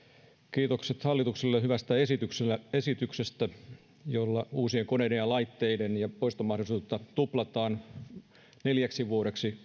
kiitokset hallitukselle hyvästä esityksestä jolla uusien koneiden ja laitteiden poistomahdollisuus tuplataan neljäksi vuodeksi